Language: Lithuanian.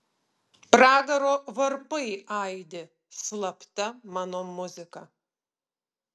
pragaro varpai aidi slapta mano muzika